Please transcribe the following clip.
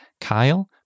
Kyle